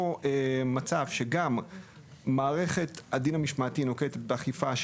מצב שמערכת הדין המשמעתי נוקטת אכיפה,